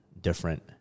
different